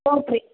soap ರಿ